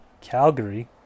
Calgary